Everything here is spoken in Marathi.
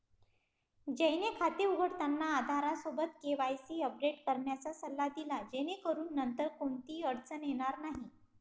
जयने खाते उघडताना आधारसोबत केवायसी अपडेट करण्याचा सल्ला दिला जेणेकरून नंतर कोणतीही अडचण येणार नाही